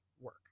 work